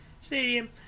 stadium